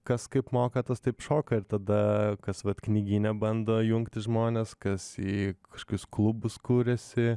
kas kaip moka tas taip šoka ir tada kas vat knygyne bando jungti žmones kas į kažkokius klubus kuriasi